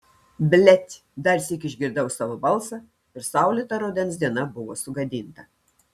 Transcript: blet dar sykį išgirdau savo balsą ir saulėta rudens diena buvo sugadinta